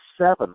seven